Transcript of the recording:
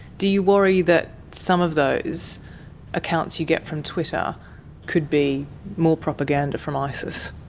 do you worry that some of those accounts you get from twitter could be more propaganda from isis?